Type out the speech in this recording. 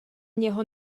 něho